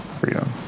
freedom